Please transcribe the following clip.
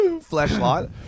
Flashlight